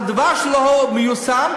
על דבר שלא מיושם,